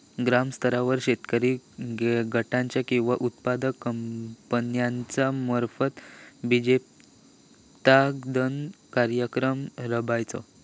ग्रामस्तरावर शेतकरी गटाचो किंवा उत्पादक कंपन्याचो मार्फत बिजोत्पादन कार्यक्रम राबायचो?